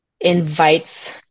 Invites